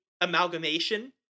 amalgamation